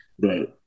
Right